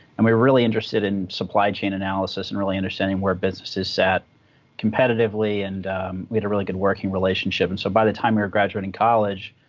and we were really interested in supply chain analysis, and really understanding where businesses sat competitively. and we had a really good working relationship. and so by the time we were graduating college,